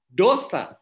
dosa